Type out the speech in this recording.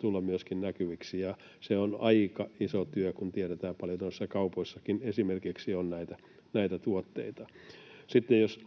tulla myöskin näkyviksi. Se on aika iso työ, kun tiedetään, että paljon esimerkiksi noissa kaupoissakin on näitä tuotteita. Sitten jos